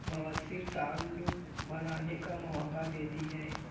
مؤثر تعلق بنانے کا موقع دیتی ہے